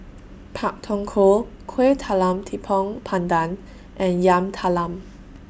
Pak Thong Ko Kueh Talam Tepong Pandan and Yam Talam